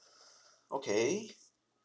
okay